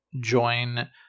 join